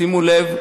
שימו לב,